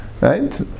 Right